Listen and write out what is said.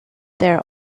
their